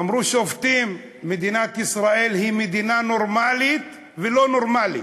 אמרו שופטים: מדינת ישראל היא מדינה נורמלית ולא נורמלית.